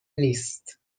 نیست